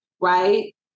right